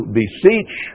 beseech